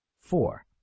four